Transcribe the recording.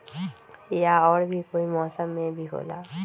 या और भी कोई मौसम मे भी होला?